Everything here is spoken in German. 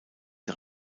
der